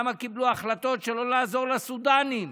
למה קיבלו החלטות שלא לעזור לסודאנים,